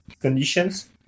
conditions